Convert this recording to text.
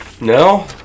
No